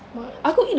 what